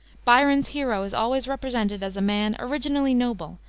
byron's hero is always represented as a man originally noble,